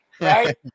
right